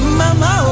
mama